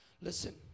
Listen